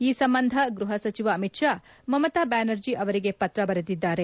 ಈ ಸಂಬಂಧ ಗೃಹ ಸಚಿವ ಅಮಿತ್ ಶಾ ಮಮತಾ ಬ್ಲಾನರ್ಜಿ ಅವರಿಗೆ ಪತ್ರ ಬರೆದಿದ್ದಾರೆ